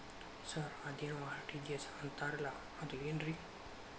Sir ಅದೇನು RTGS ಅಂತಾರಲಾ ಅದು ಏನ್ರಿ?